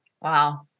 wow